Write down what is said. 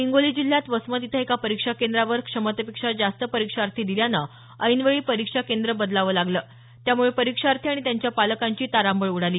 हिंगोली जिल्ह्यात वसमत इथं एका परीक्षा केंद्रावर क्षमतेपेक्षा जास्त परीक्षार्थी दिल्यानं ऐनवेळी परीक्षा केंद्र बदलावं लागलं त्यामुळे परीक्षार्थी आणि त्यांच्या पालकांची तारांबळ उडाली